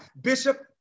bishop